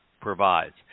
provides